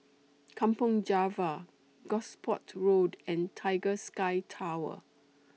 Kampong Java Gosport Road and Tiger Sky Tower